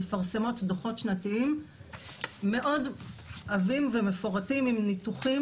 מפרסמות דוחות שנתיים מאוד עבים ומפורטים עם ניתוחים